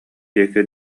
диэки